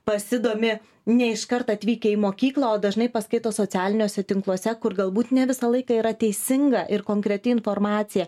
pasidomi ne iš kart atvykę į mokyklą o dažnai paskaito socialiniuose tinkluose kur galbūt ne visą laiką yra teisinga ir konkreti informacija